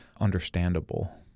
understandable